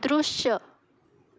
दृश्य